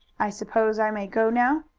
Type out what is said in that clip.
i suppose i may go now?